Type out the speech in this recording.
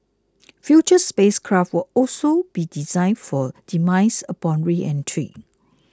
future spacecraft will also be designed for demise upon reentry